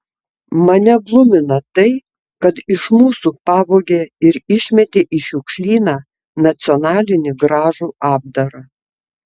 mane glumina tai kad iš mūsų pavogė ir išmetė į šiukšlyną nacionalinį gražų apdarą